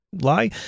lie